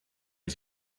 ich